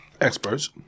experts